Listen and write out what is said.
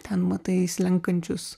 ten matai slenkančius